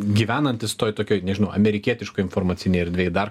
gyvenantis toj tokioj nežinau amerikietiškoj informacinėj erdvėj dar